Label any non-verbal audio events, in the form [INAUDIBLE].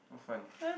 not fun [BREATH]